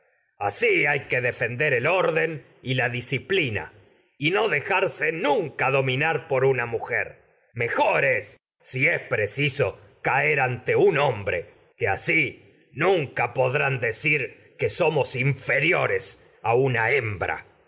hay que defender el orden una la disciplina dejarse nunca dominar por fraúeblás úe sótfoclfig mujer que mejor es si es preciso caer ante un hombre a una asi nunca podrán decir que somos inferiores hembra